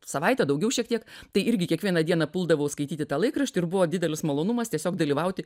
savaitę daugiau šiek tiek tai irgi kiekvieną dieną puldavau skaityti tą laikraštį ir buvo didelis malonumas tiesiog dalyvauti